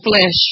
flesh